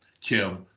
Kim